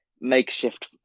makeshift